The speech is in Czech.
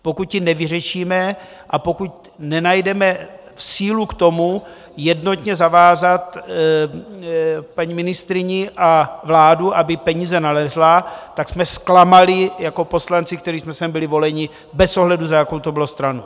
Pokud ji nevyřešíme a pokud nenajdeme sílu k tomu jednotně zavázat paní ministryni a vládu, aby peníze nalezla, tak jsme zklamali jako poslanci, kteří jsme sem byli voleni bez ohledu, za jakou to bylo stranu.